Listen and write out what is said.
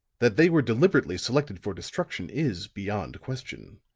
that they were deliberately selected for destruction is beyond question.